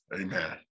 Amen